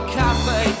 cafe